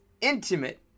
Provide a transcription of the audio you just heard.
intimate